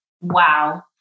Wow